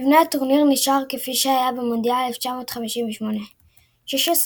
מבנה הטורניר נשאר כפי שהיה במונדיאל 1958. 16